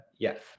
Yes